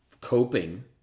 coping